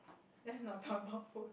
let's not talk about food